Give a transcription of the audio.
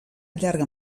llarga